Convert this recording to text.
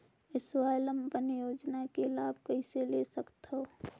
स्वावलंबन योजना के लाभ कइसे ले सकथव?